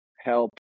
help